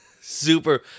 super